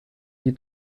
die